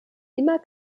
immer